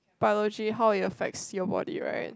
biology how it affects your body right